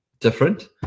different